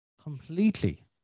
completely